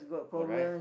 correct